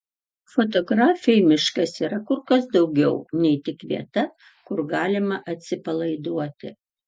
fotografei miškas yra kur kas daugiau nei tik vieta kur galima atsipalaiduoti